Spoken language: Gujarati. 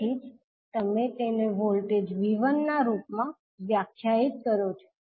તેથી જ તમે તેને વોલ્ટેજ V1 ના રૂપમાં વ્યાખ્યાયિત કરો છો